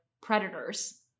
predators